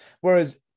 Whereas